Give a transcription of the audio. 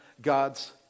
God's